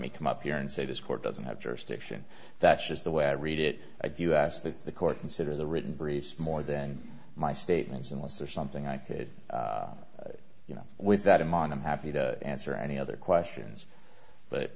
me come up here and say this court doesn't have jurisdiction that's just the way i read it i do ask that the court consider the written briefs more than my statements and was there something i could you know with that in mind i'm happy to answer any other questions but